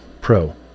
pro